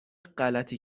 غلطی